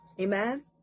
amen